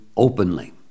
Openly